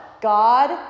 God